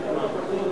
אם כך,